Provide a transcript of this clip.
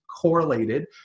correlated